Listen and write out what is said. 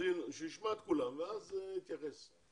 הוא ישמע את כולם ואז יתייחס.